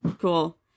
cool